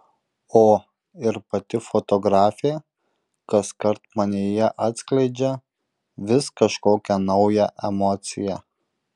o ir pati fotografė kaskart manyje atskleidžia vis kažkokią naują emociją